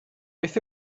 beth